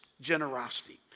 generosity